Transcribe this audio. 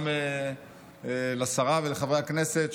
גם לשרה ולחברי הכנסת,